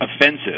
offensive